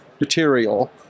material